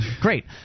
Great